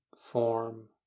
form